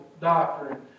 doctrine